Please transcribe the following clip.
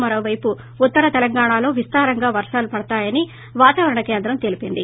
మరోపైపు ఉత్తర తెలంగాణలో విస్తారంగా పర్షాలు పడతాయని వాతావరణం కేంద్రం తెలిపింది